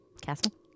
castle